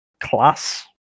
class